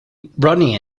rodney